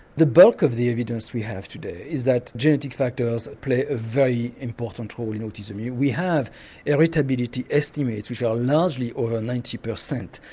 the bulk of the evidence we have today is that genetic factors play a very important role in autism. yeah we have heritability estimates which are largely over ninety percent.